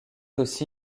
aussi